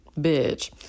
bitch